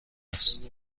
است